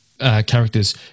characters